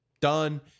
done